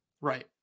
Right